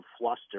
fluster